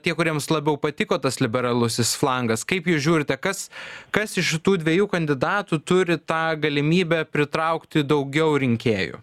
tie kuriems labiau patiko tas liberalusis flangas kaip jūs žiūrite kas kas iš šitų dviejų kandidatų turi tą galimybę pritraukti daugiau rinkėjų